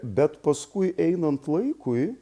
bet paskui einant laikui